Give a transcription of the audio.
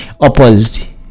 opposed